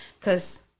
cause